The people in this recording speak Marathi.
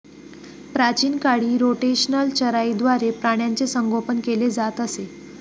प्राचीन काळी रोटेशनल चराईद्वारे प्राण्यांचे संगोपन केले जात असे